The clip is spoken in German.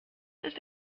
ist